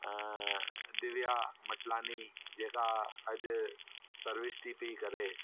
दिव्या मटलानी जेका अॼु सर्विस थी पयी करे